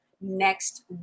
next